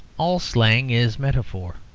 all slang is metaphor,